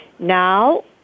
Now